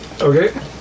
Okay